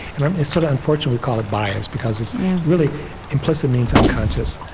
and um it's sort of unfortunate we call it bias, because it's really implicit means unconscious,